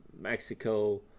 Mexico